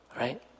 Right